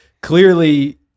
clearly